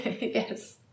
yes